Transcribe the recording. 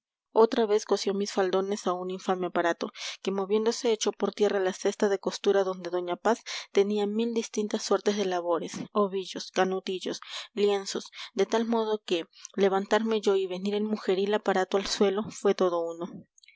otra vez cosió mis faldones a un infame aparato que moviéndose echó por tierra la cesta de costura donde doña paz tenía mil distintas suertes de labores ovillos canutillos lienzos de tal modo que levantarme yo y venir el mujeril aparato al suelo fue todo uno